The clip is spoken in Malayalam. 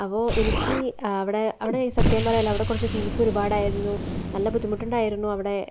അപ്പോൾ എനിക്ക് അവിടെ അവിടെ സത്യം പറഞ്ഞാൽ അവിടെ കുറച്ച് ഫീസ് ഒരുപാടായിരുന്നു നല്ല ബുദ്ധിമുട്ടുണ്ടായിരുന്നു അവിടെ